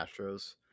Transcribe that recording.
Astros